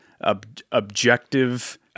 objective